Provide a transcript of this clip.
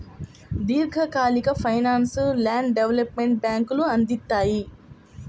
దీర్ఘకాలిక ఫైనాన్స్ను land development బ్యేంకులు అందిత్తాయి